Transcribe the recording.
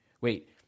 Wait